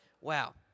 Wow